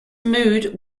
mood